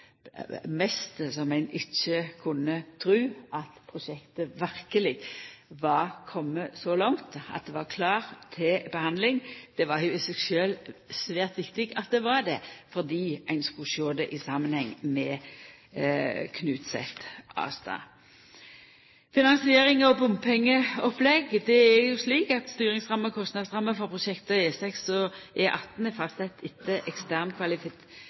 mest slik at ein ikkje kunne tru at prosjektet verkeleg var kome så langt at det var klart til behandling. Det var i seg sjølv svært viktig at det var det, fordi ein skulle sjå det i samanheng med Knutset–Astad. Finansiering og bompengeopplegg: Det er slik at styringsramma og kostnadsramma for prosjekta på E6 og E18 er